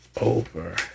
over